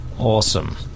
Awesome